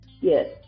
Yes